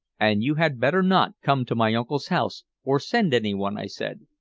and you had better not come to my uncle's house, or send anyone, i said.